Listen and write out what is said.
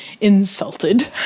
insulted